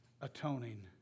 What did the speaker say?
atoning